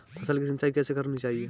फसल की सिंचाई कैसे करनी चाहिए?